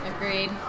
agreed